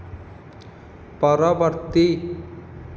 ପରବର୍ତ୍ତୀ